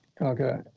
Okay